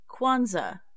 Kwanzaa